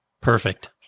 perfect